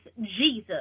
Jesus